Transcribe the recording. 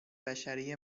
بشری